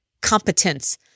competence